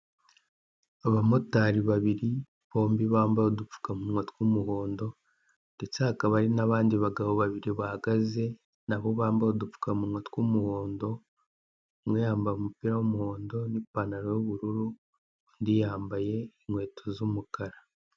Abamotari babiri bombi bambaye udupfukamunwa tw'umuhondo ndetse hakaba hari n'abandi bagabo babiri bahagaze, nabo bambya udupfukamunwa tw'umuhondo, umwe yambaye umupira w'umuhondo, nipantaro y'ubururu, undi yambaye inkweto z'umukara.